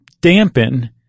dampen